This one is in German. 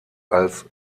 als